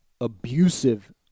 abusive